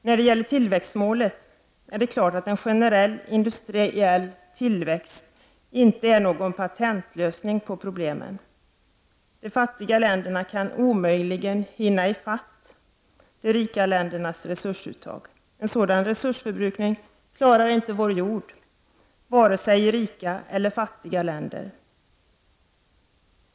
När det gäller tillväxtmålet är det klart att en generell industriell tillväxt inte är någon patentlösning på problemen. De fattiga länderna kan omöjligt ”hinna ifatt” de rika ländernas resursuttag. En sådan resursförbrukning klarar inte vår jord, vare sig i rika eller i fattiga länder.